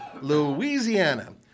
Louisiana